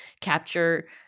capture